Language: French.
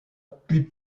puis